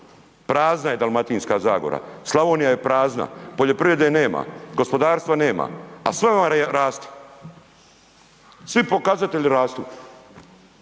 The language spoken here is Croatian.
Prazna je Dalmatinska zagora, Slavonija je prazna, poljoprivrede nema, gospodarstva nema, a sve vam raste, svi pokazatelji rastu.